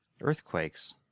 earthquakes